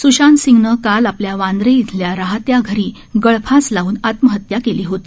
सुशांतसिंगनं काल आपल्या बांद्रे इथल्या रहात्या घरी गळफास लावून आत्महत्या केली होती